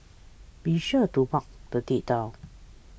be sure to mark the date down